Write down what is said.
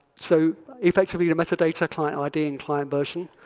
so effectively, the meta data client id, and client version,